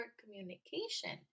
communication